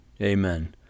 amen